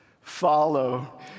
Follow